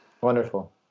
wonderful